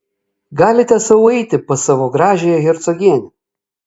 galite sau eiti pas savo gražiąją hercogienę